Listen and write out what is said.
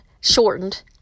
shortened